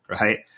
right